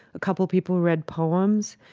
a couple people read poems.